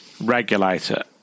regulator